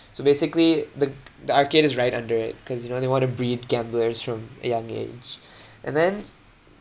so basically the the arcade is right under it cause you know they want to breed gamblers from a young age and then